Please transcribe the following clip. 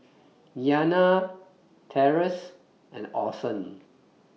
Iyanna Terence and Orson